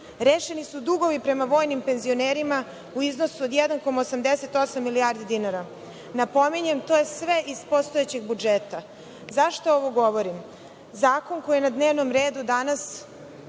Rešeni su dugovi prema vojnim penzionerima u iznosu od 1,88 milijardi dinara. Napominjem, to je sve iz postojećeg budžeta. Zašto ovo govorim? Zakon koji je na dnevnom redu danas